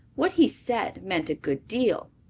what he said meant a good deal,